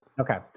Okay